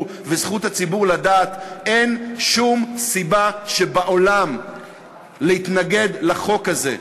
וזכות הציבור לדעת: אין שום סיבה בעולם להתנגד לחוק הזה.